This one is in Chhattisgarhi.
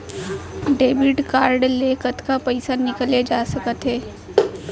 डेबिट कारड ले कतका पइसा निकाले जाथे सकत हे?